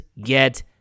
get